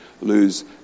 lose